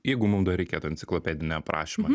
jeigu mum dar reikėtų enciklopedinį aprašymą